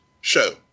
show